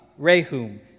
Rehum